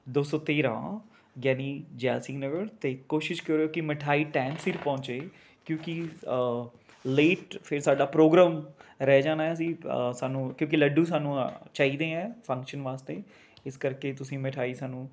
ਦੋ ਸੌ ਤੇਰਾਂ ਗਿਆਨੀ ਜ਼ੈਲ ਸਿੰਘ ਨਗਰ ਅਤੇ ਕੋਸ਼ਿਸ਼ ਕਰਿਓ ਕਿ ਮਿਠਾਈ ਟਾਈਮ ਸਿਰ ਪਹੁੰਚੇ ਕਿਉਂਕਿ ਲੇਟ ਫਿਰ ਸਾਡਾ ਪ੍ਰੋਗਰਾਮ ਰਹਿ ਜਾਣਾ ਜੀ ਸਾਨੂੰ ਕਿਉਂਕਿ ਲੱਡੂ ਸਾਨੂੰ ਚਾਹੀਦੇ ਹੈ ਫੰਕਸ਼ਨ ਵਾਸਤੇ ਇਸ ਕਰਕੇ ਤੁਸੀ ਮਿਠਾਈ ਸਾਨੂੰ